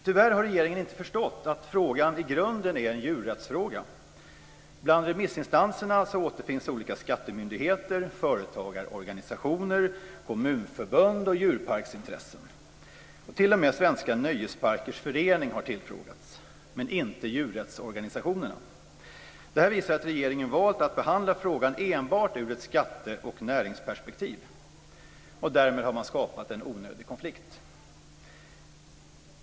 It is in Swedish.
Tyvärr har regeringen inte förstått att frågan i grunden är en djurrättsfråga. Bland remissinstanserna återfinns olika skattemyndigheter, företagarorganisationer, kommunförbund och djurparksintressen. T.o.m. Svenska Nöjesparkers Förening har tillfrågats, men inte djurrättsorganisationerna. Det här visar att regeringen valt att behandla frågan enbart ur ett skatte och näringsperspektiv. Därmed har man skapat en onödig konflikt.